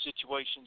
situations